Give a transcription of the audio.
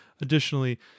additionally